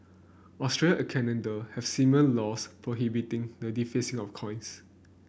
Australia and Canada have similar laws prohibiting the defacing of coins